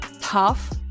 tough